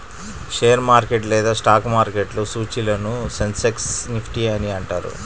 share market లేదా stock మార్కెట్లో సూచీలను సెన్సెక్స్, నిఫ్టీ అని అంటారు